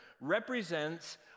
represents